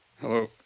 Hello